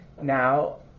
Now